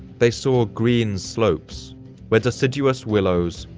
they saw green slopes where deciduous willows,